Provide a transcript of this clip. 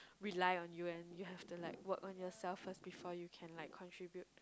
rely on you and you have to like work on yourself first before you can like contribute